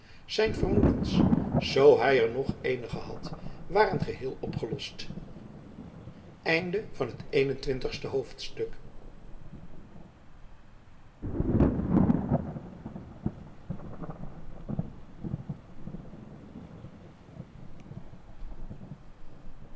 zijn vermoedens zoo hij er nog eenige had waren geheel opgelost twee-en-twintigste hoofdstuk